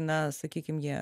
na sakykim jie